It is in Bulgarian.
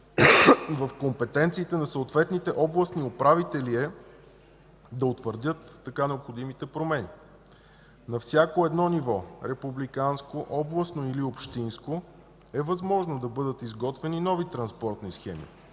В компетенциите на съответните областни управители е да утвърдят така необходимите промени. На всяко едно ниво – републиканско, областно или общинско, е възможно да бъдат изготвени нови транспортни схеми.